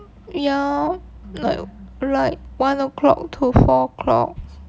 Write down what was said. ya like like one o'clock to four o'clock